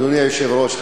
אדוני היושב-ראש,